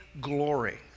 glory